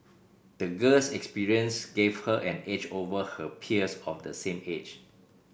the girl's experience gave her an edge over her peers of the same age